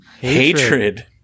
Hatred